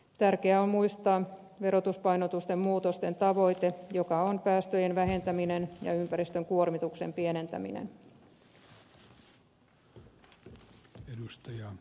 tärkeää on muistaa verotuspainotusten muutosten tavoite joka on päästöjen vähentäminen ja ympäristön kuormituksen pienentäminen